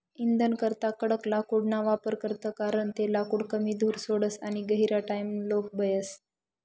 इंधनकरता कडक लाकूडना वापर करतस कारण ते लाकूड कमी धूर सोडस आणि गहिरा टाइमलोग बयस